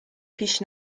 پیش